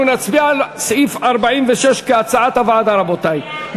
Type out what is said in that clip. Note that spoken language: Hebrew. אנחנו נצביע על סעיף 46 כהצעת הוועדה, רבותי.